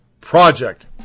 Project